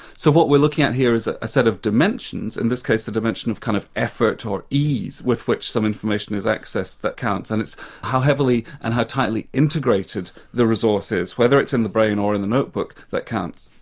so what we're looking at here is a set of dimensions, in this case the dimension of kind of effort or ease with which some information is accessed that counts, and it's how heavily and tightly integrated the resources, whether it's in the brain or in the notebook, that counts.